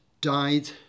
died